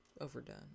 overdone